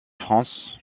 france